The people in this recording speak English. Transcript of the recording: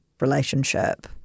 relationship